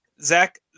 Zach